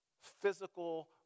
physical